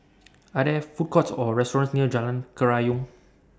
Are There Food Courts Or restaurants near Jalan Kerayong